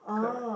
correct